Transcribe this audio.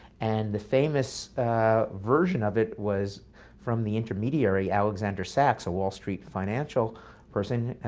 and the famous version of it was from the intermediary alexander sachs, a wall street financial person,